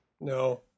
No